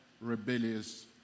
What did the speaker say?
rebellious